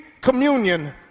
communion